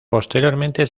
posteriormente